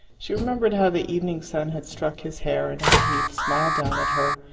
she remembered how the evening sun had struck his hair, and how he had smiled down at her,